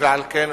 על כן,